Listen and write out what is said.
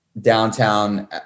downtown